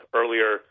earlier